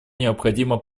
необходима